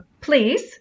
please